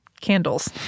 candles